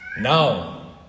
Now